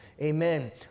amen